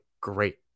great